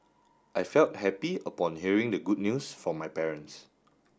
I felt happy upon hearing the good news from my parents